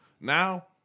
Now